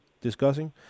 discussing